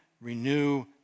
renew